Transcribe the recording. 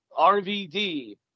RVD